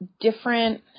different